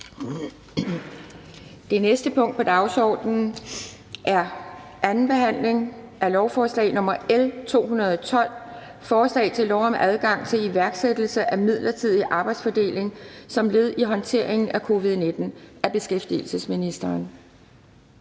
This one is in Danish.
Det næste punkt på dagsordenen er: 2) 2. behandling af lovforslag nr. L 212: Forslag til lov om adgang til iværksættelse af midlertidig arbejdsfordeling som led i håndteringen af covid-19. Af beskæftigelsesministeren